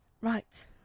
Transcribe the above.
Right